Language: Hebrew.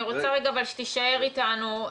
אני רוצה שתישאר אתנו,